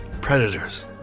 Predators